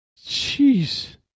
Jeez